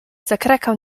zakrakał